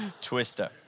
Twister